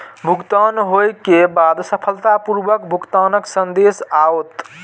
भुगतान होइ के बाद सफलतापूर्वक भुगतानक संदेश आओत